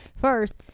first